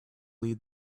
lead